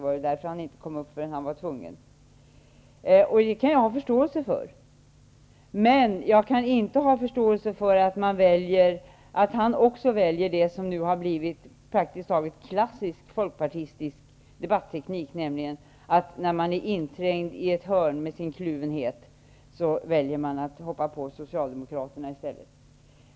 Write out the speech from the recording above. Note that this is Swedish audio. Det var väl därför han inte kom upp i talarstolen förrän han blev tvungen. Det kan jag ha förståelse för. Jag kan däremot inte ha förståelse för att han väljer den debatteknik som praktiskt taget blivit klassiskt folkpartistisk. Den innebär att man när man med sin kluvenhet är inträngd i ett hörn väljer att hoppa på Socialdemokraterna.